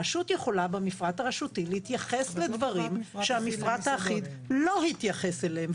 הרשות יכולה במפרט הרשותי להתייחס לדברים שהמפרט האחיד לא התייחס אליהם.